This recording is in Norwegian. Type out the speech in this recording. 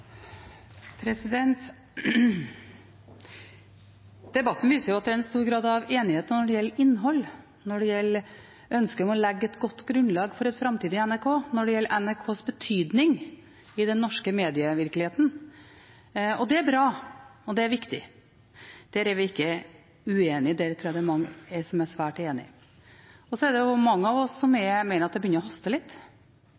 er stor grad av enighet når det gjelder innhold, når det gjelder ønsket om å legge et godt grunnlag for et framtidig NRK, og når det gjelder NRKs betydning i den norske medievirkeligheten. Det er bra, og det er viktig. Der er vi ikke uenige, der tror jeg det er mange som er svært enige. Så er det mange av oss som mener at det begynner å haste litt, at en faktisk må få en ordning på plass, og det er